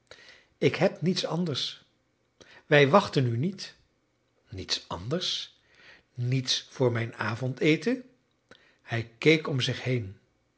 ik heb niets anders wij wachtten u niet niets anders niets voor mijn avondeten hij keek om zich heen